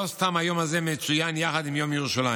לא סתם היום הזה מצוין יחד עם יום ירושלים,